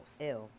Ew